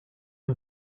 een